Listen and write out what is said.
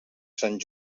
sant